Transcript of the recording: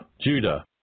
Judah